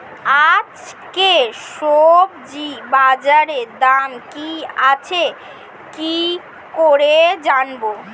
আজকে সবজি বাজারে দাম কি আছে কি করে জানবো?